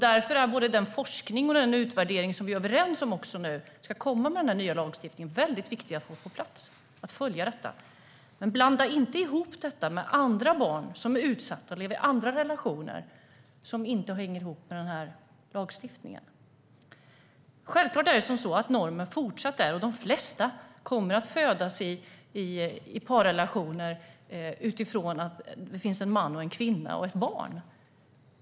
Därför är både den forskning och den utvärdering som vi är överens om nu ska komma mycket viktiga att följa. Men blanda inte ihop detta med andra barn som är utsatta och lever i andra relationer som inte hänger ihop med den här lagstiftningen. Normen är fortsatt att de flesta föds i parrelationer där det finns en man, en kvinna och ett barn.